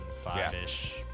five-ish